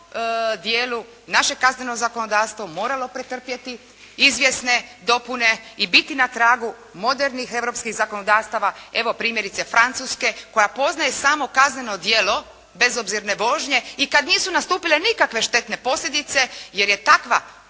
dijelu naše kazneno zakonodavstvo moralo pretrpjeti izvjesne dopune i biti na tragu modernih europskih zakonodavstava evo primjerice Francuske koja poznaje samo kazneno djelo bezobzirne vožnje i kada nisu nastupile nikakve štetne posljedice jer je takva